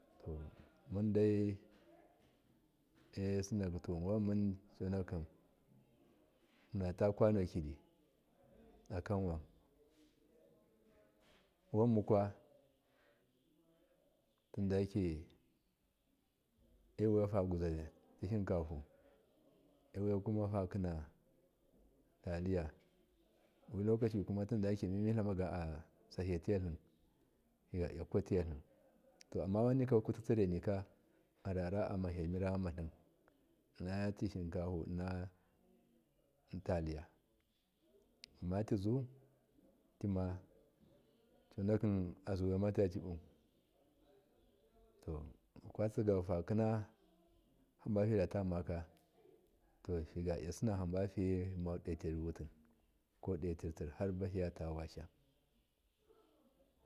To mundai esunakituwun wanmun conaki munatakwano kidi akanwan wanmukwa tindayake ewiyafagwuza shinkafu ewiya fakina taliya wilokaci kuma tinyake mi lamaga asabiyatetli migalya kuwatetlin to amma nigyakuti tsirenika arara mahiya mira ayamatlin innati shinkafu inna taliyu ammatizu tumaconaki azuma taabu to fikaa gakafanaiya hambafida maka to fagu sinahambafiyema dotir wusi kodoter tir har bahivata washashan.